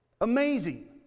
Amazing